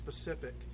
specific